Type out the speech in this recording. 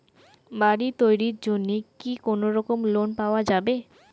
বাড়ি তৈরির জন্যে কি কোনোরকম লোন পাওয়া যাবে?